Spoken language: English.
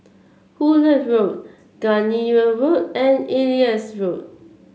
Hullet Road Gardenia Road and Elias Road